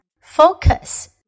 focus